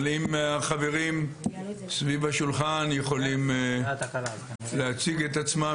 אם החברים סביב השולחן יכולים להציג את עצמם,